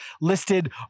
listed